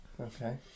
Okay